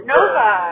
Nova